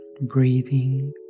breathing